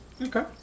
Okay